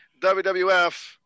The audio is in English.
WWF